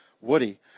Woody